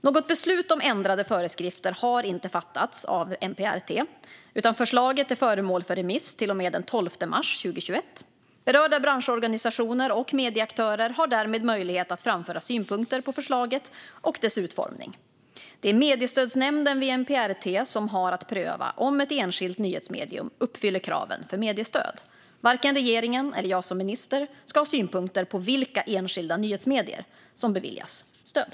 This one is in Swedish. Något beslut om ändrade föreskrifter har inte fattats av MPRT, utan förslaget är föremål för remiss till och med den 12 mars 2021. Berörda branschorganisationer och medieaktörer har därmed möjlighet att framföra synpunkter på förslaget och dess utformning. Det är mediestödsnämnden vid MPRT som har att pröva om ett enskilt nyhetsmedium uppfyller kraven för mediestöd. Varken regeringen eller jag som minister ska ha synpunkter på vilka enskilda nyhetsmedier som beviljas stöd.